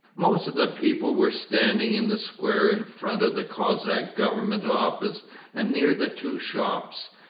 most of the people were standing in the square in front of the cossack government office and near the two shops,